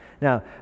now